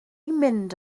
mynd